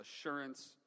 assurance